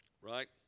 right